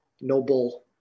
noble